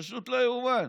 פשוט לא יאומן.